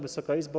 Wysoka Izbo!